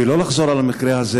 ושלא יחזור המקרה הזה,